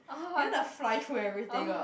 you want to fly though everything oh